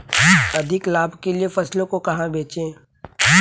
अधिक लाभ के लिए फसलों को कहाँ बेचें?